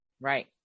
Right